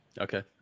Okay